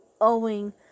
owing